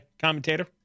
commentator